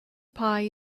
pie